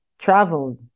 Traveled